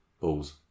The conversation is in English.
Balls